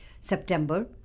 September